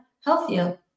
healthier